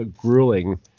grueling